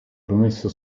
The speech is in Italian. promesso